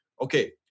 okay